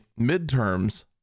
midterms